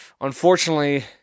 unfortunately